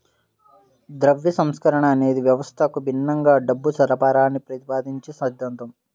ద్రవ్య సంస్కరణ అనేది వ్యవస్థకు భిన్నంగా డబ్బు సరఫరాని ప్రతిపాదించే సిద్ధాంతం